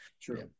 True